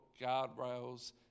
guardrails